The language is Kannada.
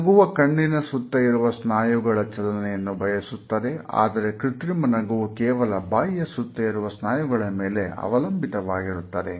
ನಗುವು ಕಣ್ಣಿನ ಸುತ್ತ ಇರುವ ಸ್ನಾಯುಗಳ ಚಲನೆಯನ್ನು ಬಯಸುತ್ತದೆ ಆದರೆ ಕೃತ್ರಿಮ ನಗುವು ಕೇವಲ ಬಾಯಿಯ ಸುತ್ತ ಇರುವ ಸ್ನಾಯುಗಳ ಮೇಲೆ ಅವಲಂಬಿತವಾಗಿರುತ್ತದೆ